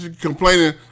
complaining